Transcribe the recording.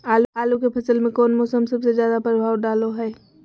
आलू के फसल में कौन मौसम सबसे ज्यादा प्रभाव डालो हय?